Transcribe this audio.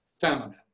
feminine